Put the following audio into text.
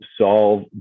solve